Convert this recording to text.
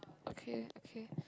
okay okay